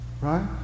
Right